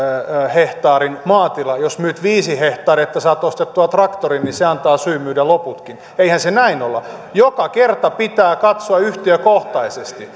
hehtaarin maatila ja myyt viisi hehtaaria jotta saat ostettua traktorin niin se antaa syyn myydä loputkin eihän se näin ole joka kerta pitää katsoa yhtiökohtaisesti